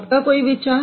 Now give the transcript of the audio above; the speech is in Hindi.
आपका कोई विचार